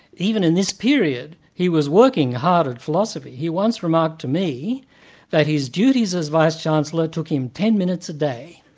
even in this period, he was working hard at philosophy. he once remarked to me that his duties as vice-chancellor took him ten minutes a day.